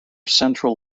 central